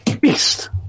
beast